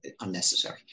unnecessary